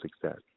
success